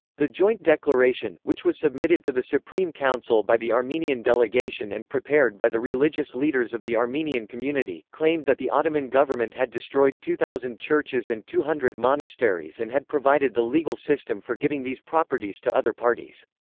the joint declaration, which was submitted to the supreme council by the armenian delegation and prepared by the religious leaders of the armenian community, claimed that the ottoman government had destroyed two thousand churches and two hundred monasteries and had provided the legal system for giving these properties to other parties.